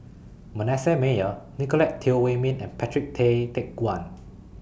Manasseh Meyer Nicolette Teo Wei Min and Patrick Tay Teck Guan